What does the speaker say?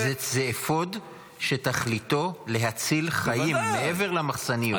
זה אפוד שתכליתו להציל חיים, מעבר למחסניות.